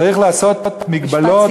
צריך לעשות הגבלות.